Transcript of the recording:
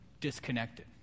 disconnected